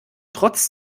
trotz